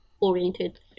oriented